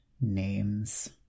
Names